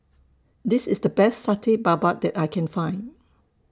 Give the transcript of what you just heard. This IS The Best Satay Babat that I Can Find